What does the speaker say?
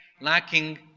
lacking